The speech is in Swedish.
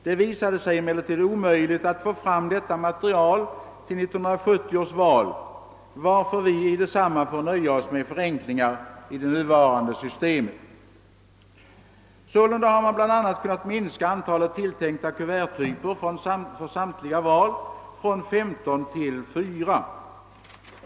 Det visade sig emellertid omöjligt att få fram detta material till 1970 års val, varför vi i detsamma får nöja oss med förenklingar i det nuvarande systemet. Sålunda har man bl.a. kunnat minska antalet tilltänkta kuverttyper för samtliga val från 15 till 4.